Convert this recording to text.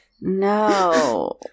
No